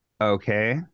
Okay